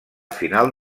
final